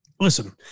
Listen